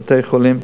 בבתי-החולים,